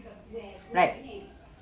right